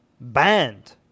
banned